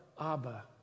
Abba